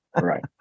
right